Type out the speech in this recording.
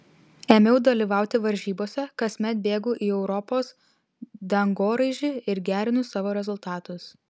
ėmiau dalyvauti varžybose kasmet bėgu į europos dangoraižį ir gerinu savo rezultatus